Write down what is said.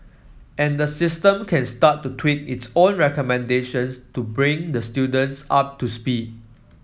and the system can start to tweak its own recommendations to bring the students up to speed